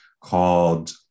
called